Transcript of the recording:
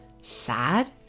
Sad